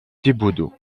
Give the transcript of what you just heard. thibaudeau